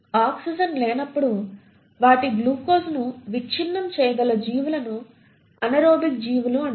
oxygen లేనప్పుడు వాటి గ్లూకోజ్ను విచ్ఛిన్నం చేయగల జీవులను అనారోబిక్ జీవులు అంటారు